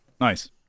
Nice